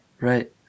right